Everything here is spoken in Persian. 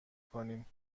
کنیم